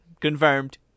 Confirmed